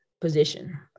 position